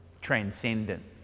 transcendent